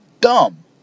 dumb